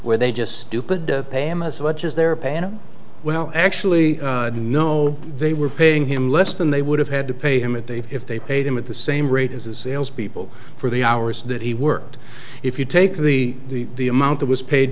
where they just stupid pay him as much as their pay and well actually no they were paying him less than they would have had to pay him at the if they paid him at the same rate as the salespeople for the hours that he worked if you take the the amount that was paid